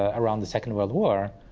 ah around the second world war,